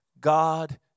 God